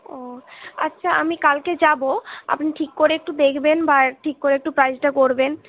ও আচ্ছা আমি কালকে যাবো আপনি ঠিক করে একটু দেখবেন বা ঠিক করে একটু প্রাইসটা করবেন